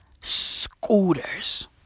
scooters